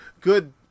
good